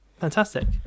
fantastic